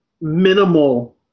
minimal